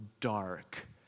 dark